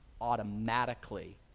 automatically